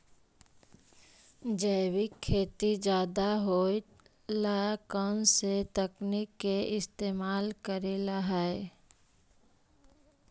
जैविक खेती ज्यादा होये ला कौन से तकनीक के इस्तेमाल करेला हई?